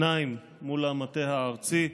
שניים מול המטה הארצי,